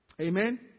Amen